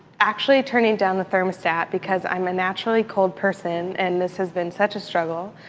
actually turning down the thermostat because i'm a naturally cold person, and this has been such a struggle.